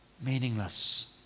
meaningless